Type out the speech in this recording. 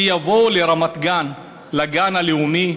שיבואו לרמת גן, לגן הלאומי,